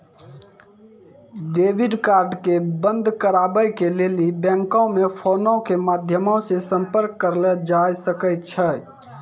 debit card के बंद कराबै के लेली बैंको मे फोनो के माध्यमो से संपर्क करलो जाय सकै छै